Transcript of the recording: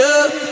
up